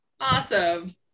Awesome